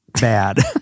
bad